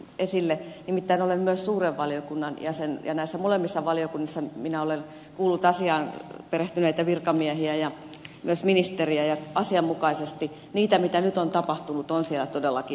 nimittäin olen myös suuren valiokunnan jäsen ja näissä molemmissa valiokunnissa minä olen kuullut asiaan perehtyneitä virkamiehiä ja myös ministeriä ja asianmukaisesti niitä mitä nyt on tapahtunut on siellä todellakin pahoiteltu